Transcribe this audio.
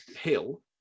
hill